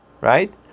Right